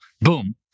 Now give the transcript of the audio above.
Boom